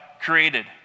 created